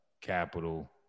capital